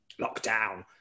lockdown